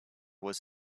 was